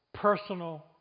personal